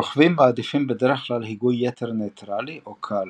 רוכבים מעדיפים בדרך כלל היגוי יתר נייטרלי או קל,